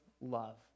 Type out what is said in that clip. love